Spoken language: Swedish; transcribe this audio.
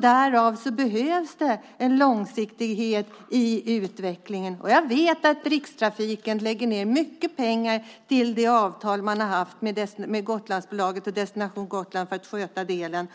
Därför behövs en långsiktighet i utvecklingen, och jag vet att Rikstrafiken satsar mycket pengar på det avtal man har haft med Gotlandsbolaget och Destination Gotland för att sköta den delen.